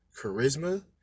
charisma